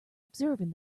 observing